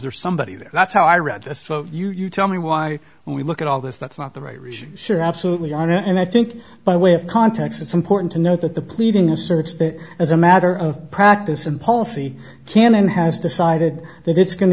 there's somebody there that's how i read this you tell me why when we look at all this that's not the right sure absolutely ira and i think by way of context it's important to note that the pleading asserts that as a matter of practice and policy canon has decided that it's going to